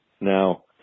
now